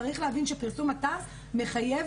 צריך להבין שפרסום התקנות האלה מחייב